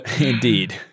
Indeed